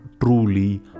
truly